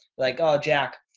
like, oh jack,